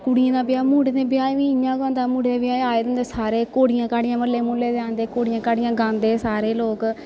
कुड़ियें दे ब्याह् मुड़ें दे ब्याह् गी बी इ'यां गै होंदा मुड़े दे ब्याह् गी आए दे होंदे सारे घोड़ियां घाड़ियां म्हल्ले मुहल्ले दे आंदे घोड़ियां घाड़ियां गांदे सारे लोक